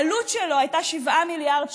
העלות שלו הייתה 7 מיליארד שקל.